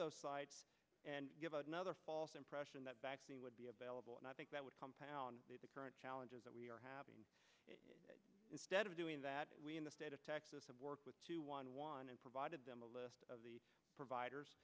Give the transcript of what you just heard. those sites and give another false impression that would be available and i think that would compound the current challenges that we are having instead of doing that we in the state of texas and work with one and provided them a list of the providers